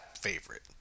favorite